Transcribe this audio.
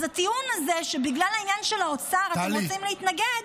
אז הטיעון הזה שבגלל העניין של האוצר אתם רוצים להתנגד